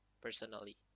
personally